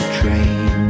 train